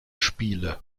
spiele